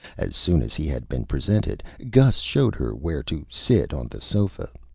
as soon as he had been presented, gus showed her where to sit on the sofa,